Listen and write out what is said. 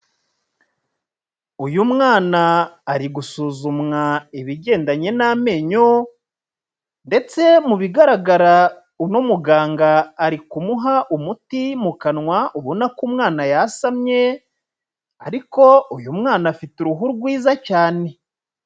Uyu mwana ari gusuzumwa ibigendanye n'amenyo ndetse mu bigaragara uno muganga ari kumuha umutimu kanwa, ubona ko umwana yasamye, ariko uyu mwana afite uruhu rwiza cyane.